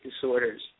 disorders